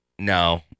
No